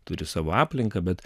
turi savo aplinką bet